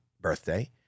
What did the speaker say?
birthday